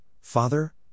Father